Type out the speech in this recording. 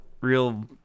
real